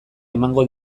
emango